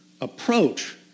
approach